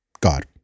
God